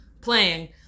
playing